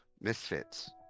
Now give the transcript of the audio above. misfits